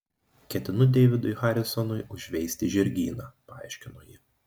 ketinu deividui harisonui užveisti žirgyną paaiškino ji